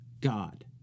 God